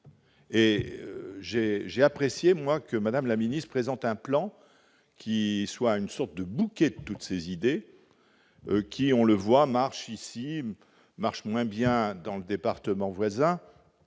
j'ai apprécié moi que Madame la Ministre, présente un plan qui soit une sorte de bouquet toutes ces idées qui, on le voit marche ici marche moins bien dans le département voisin,